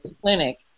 clinic